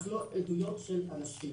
אבל לא עדויות של אנשים.